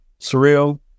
surreal